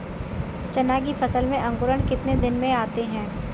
चना की फसल में अंकुरण कितने दिन में आते हैं?